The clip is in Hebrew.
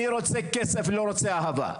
אני רוצה כסף, אני לא רוצה אהבה,